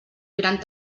gran